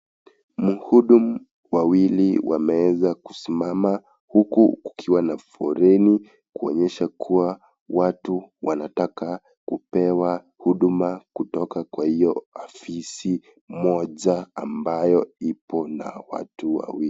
Muhudum wawili wameeza kusimama huku kukiwa na foreni kwayesha kuwa watu wanataka kupewa huduma kutoka kwa iyo afisi moja ambayo ipo na watu wawili.